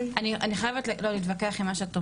אני חייבת להתווכח עם מה שאת אומרת.